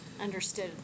understood